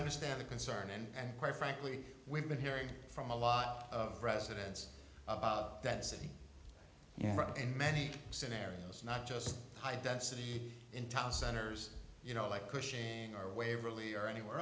understand the concern and quite frankly we've been hearing from a lot of residents about that city in many scenarios not just high density in town centers you know like cushing or waverly or anywhere